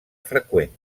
freqüent